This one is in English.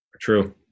True